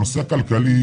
הנושא הכלכלי,